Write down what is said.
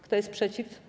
Kto jest przeciw?